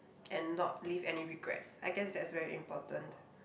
and not leave any regrets I guess that's very important